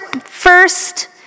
first